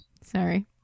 Sorry